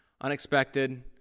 unexpected